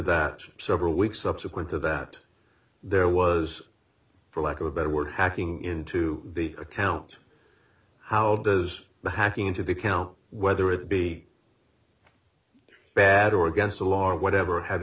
that several weeks subsequent to that there was for lack of a better word hacking into the account how does the hacking into the account whether it be bad or against the law of whatever ha